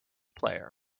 player